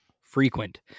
frequent